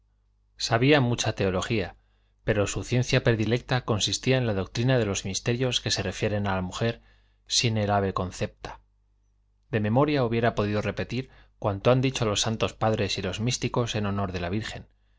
sabía mucha teología pero su ciencia predilecta consistía en la doctrina de los misterios que se refieren a la mujer sine labe concepta de memoria hubiera podido repetir cuanto han dicho los santos padres y los místicos en honor de la virgen